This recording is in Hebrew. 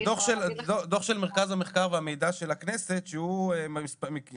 זה דו"ח של מרכז המחקר והמידע של הכנסת בו מבחינת